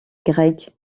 grec